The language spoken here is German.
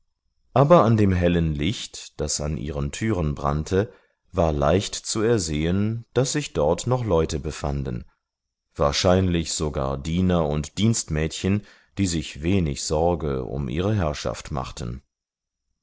aber an dem hellen licht das an ihren türen brannte war leicht zu ersehen daß sich dort noch leute befanden wahrscheinlich sogar diener und dienstmädchen die sich wenig sorge um ihre herrschaft machten